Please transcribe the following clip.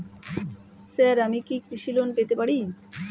Sir আমি কি কৃষি লোন পেতে পারি?